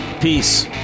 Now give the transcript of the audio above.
Peace